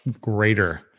greater